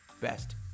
best